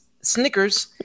Snickers